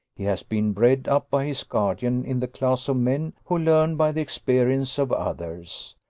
he has been bred up by his guardian in the class of men who learn by the experience of others.